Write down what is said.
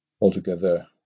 altogether